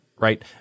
right